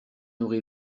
nourri